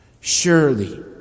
Surely